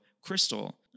crystal